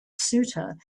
ceuta